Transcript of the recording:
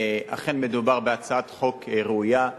אכן מדובר בהצעת חוק ראויה.